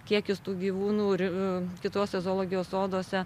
kiekis tų gyvūnų ir kitose zoologijos soduose